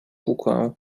kukłę